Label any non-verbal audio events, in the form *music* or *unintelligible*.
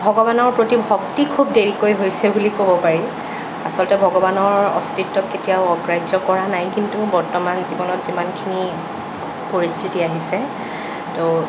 ভগৱানৰ প্ৰতি ভক্তি খুব দেৰিকৈ হৈছে বুলি ক'ব পাৰি আচলতে ভগৱানৰ অস্তিত্বক কেতিয়াও অগ্ৰাহ্য কৰা নাই কিন্তু বৰ্তমান জীৱনত যিমানখিনি পৰিস্থিতি আহিছে *unintelligible*